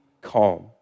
calm